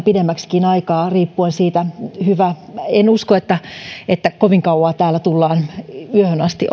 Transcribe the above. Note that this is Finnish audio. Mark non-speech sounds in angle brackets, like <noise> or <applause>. pidemmäksikin aikaa riippuen siitä hyvä en usko että että kovin kauan yöhön asti <unintelligible>